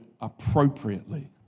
appropriately